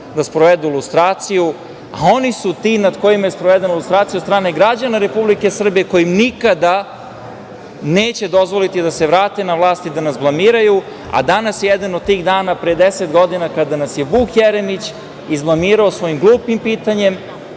da sprovedu lustraciju, a oni su ti nad kojima je sprovedena lustracija od strane građana Republike Srbije, koji im nikada neće dozvoliti da se vrate na vlast i da nas blamiraju, a danas je jedan od tih dana, pre 10 godina kada nas je Vuk Jeremić izblamirao svojim glupim pitanjem